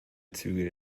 zügel